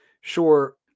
Sure